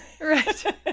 right